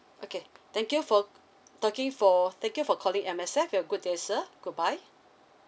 okay thank you for talking for thank you for calling M_S_F you have a good day sir good bye